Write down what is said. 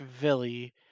Villy